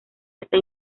está